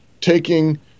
taking